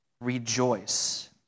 Rejoice